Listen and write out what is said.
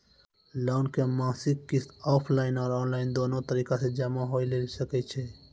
Loan के मासिक किस्त ऑफलाइन और ऑनलाइन दोनो तरीका से जमा होय लेली सकै छै?